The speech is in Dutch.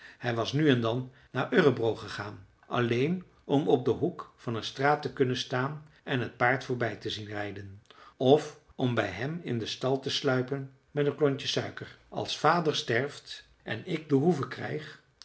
hij was nu en dan naar örebro gegaan alleen om op den hoek van een straat te kunnen staan en t paard voorbij te zien rijden of om bij hem in den stal te sluipen met een klontje suiker als vader sterft en ik de hoeve krijg